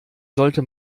sollte